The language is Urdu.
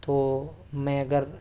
تو میں اگر